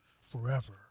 forever